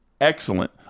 excellent